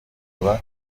akaba